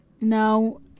Now